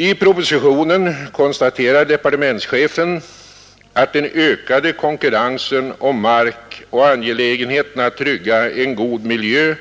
I propositionen konstaterar departementschefen att den ökade konkurrensen om mark och angelägenheten att trygga en god miljö